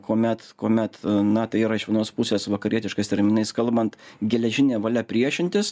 kuomet kuomet na tai yra iš vienos pusės vakarietiškais terminais kalbant geležinė valia priešintis